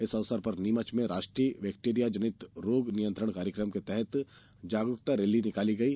इस अवसर पर नीमच में राष्ट्रीय वेक्टेरिया जनित रोग नियंत्रण कार्यक्रम के तहत जागरूकता रैली निकाली गई